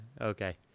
Okay